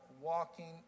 walking